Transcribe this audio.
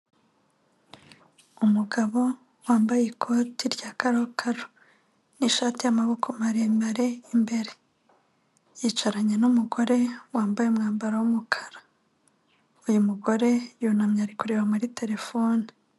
Umugabo wambaye ikoti rya karokaro, n'ishati y'amaboko maremare imbere, yicaranye n'umugore wambaye umwambaro w'umukara, uyu mugore yunamye ari kureba muri terefone.